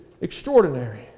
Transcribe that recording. extraordinary